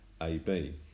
AB